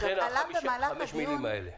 לכן חמשת המילים האלה.